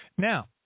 Now